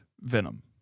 Venom